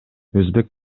өзбек